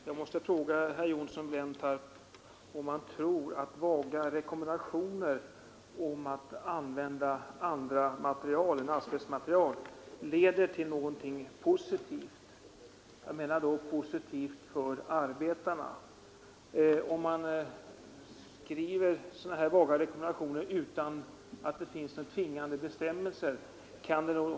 Herr talman! Jag måste fråga herr Johnsson i Blentarp om han tror att vaga rekommendationer om att använda andra material än asbest leder till något positivt för arbetarna. Kan sådana vaga rekommendationer ha någon effekt om det inte finns tvingande bestämmelser?